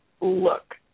look